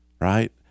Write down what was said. right